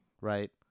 Right